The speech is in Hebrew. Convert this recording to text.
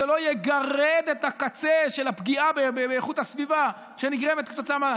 זה לא יגרד את הקצה של הפגיעה באיכות הסביבה שנגרמת כתוצאה מזה.